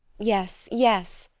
yes, yes,